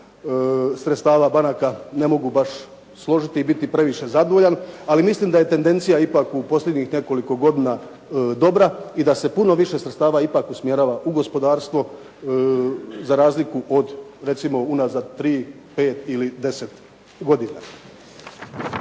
sredstava banaka ne mogu baš složiti i biti previše zadovoljan ali mislim da je tendencija ipak u posljednjih nekoliko godina dobra i da se puno više sredstava ipak usmjerava u gospodarstvo za razliku od recimo unazad 3, 5 ili 10 godina.